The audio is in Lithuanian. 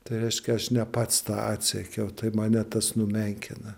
tai reiškia aš ne pats tą atsekiau tai mane tas numenkina